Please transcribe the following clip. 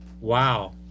wow